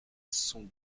sont